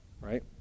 right